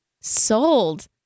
Sold